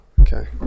Okay